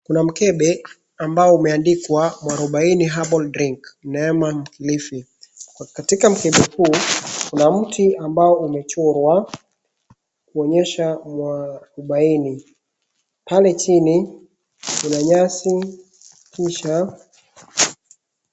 Kuna mkembe ambao umeandikwa MUARUBAINI HERBAL DRINK Neema mkilifi. Katika mkembe huu kuna mti ambao umechorwa kuonyesha Muarubaini. Pale chini kuna nyasi kisha.